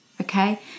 okay